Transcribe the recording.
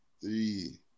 three